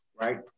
right